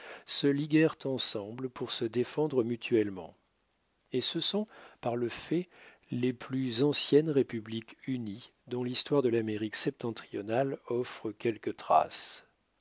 se liguèrent ensemble pour se défendre mutuellement et ce sont par le fait les plus anciennes républiques unies dont l'histoire de l'amérique septentrionale offre quelque trace